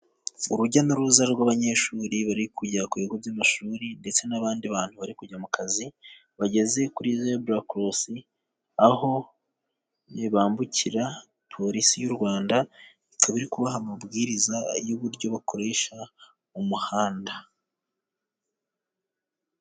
Urujya n'uruza rw'abanyeshuri bari kujya ku bigo by'amashuri ndetse n'abandi bantu bari kujya mu kazi; bageze kuri zeburakorosi aho bambukira polisi y'u Rwanda ikaba iri kubaha amabwiriza y'uburyo bakoresha umuhanda.